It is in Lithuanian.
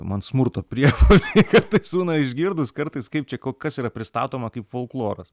man smurto priepuoliai kartais būna išgirdus kartais kaip čia ko kas yra pristatoma kaip folkloras